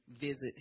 visit